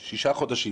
זה שישה חודשים